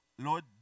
Lord